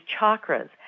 chakras